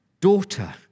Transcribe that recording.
Daughter